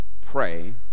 pray